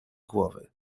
głowy